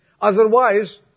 Otherwise